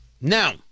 Now